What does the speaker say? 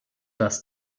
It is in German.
dass